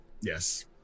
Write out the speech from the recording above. Yes